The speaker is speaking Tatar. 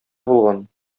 булган